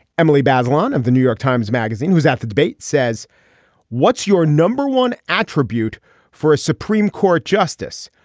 emily bazelon of the new york times magazine who's at the debate says what's your number one attribute for a supreme court justice.